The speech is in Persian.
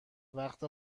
وقت